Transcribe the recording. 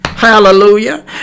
Hallelujah